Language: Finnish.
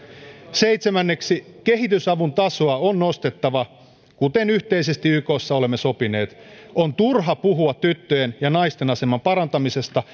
seitsemänneksi kehitysavun tasoa on nostettava kuten yhteisesti ykssa olemme sopineet on turha puhua tyttöjen ja naisten aseman parantamisesta